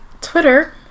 Twitter